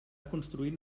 construint